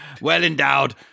well-endowed